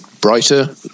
brighter